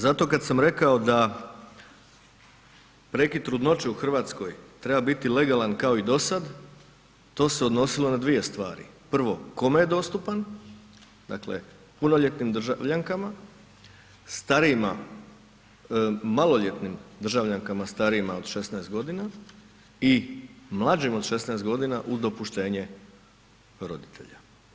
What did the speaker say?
Zato kada sam rekao da prekid trudnoće u Hrvatskoj treba biti legalan kao i do sad, to se odnosilo na dvije stvari, prvo kome je dostupan, dakle punoljetnim državljankama, maloljetnim državljankama starijim od 16 godina i mlađim od 16 godina uz dopuštenje roditelja.